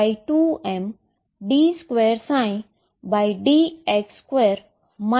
તો આ અઠવાડિયે ફંક્શનને સામાન્ય બનાવવાની રીત જોઈશુ